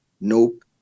nope